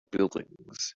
buildings